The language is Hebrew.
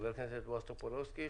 חבר הכנסת בועז טופורובסקי,